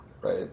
right